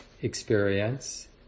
experience